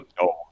no